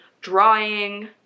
drawing